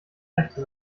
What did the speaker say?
rechte